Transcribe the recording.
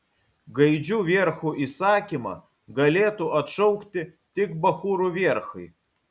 gaidžių vierchų įsakymą galėtų atšaukti tik bachūrų vierchai